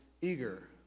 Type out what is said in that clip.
eager